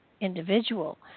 individual